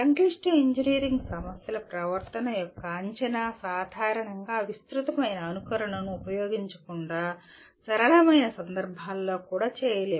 సంక్లిష్ట ఇంజనీరింగ్ సమస్యల ప్రవర్తన యొక్క అంచనా సాధారణంగా విస్తృతమైన అనుకరణను ఉపయోగించకుండా సరళమైన సందర్భాల్లో కూడా చేయలేము